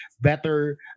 better